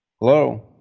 Hello